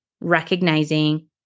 recognizing